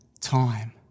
time